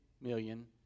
million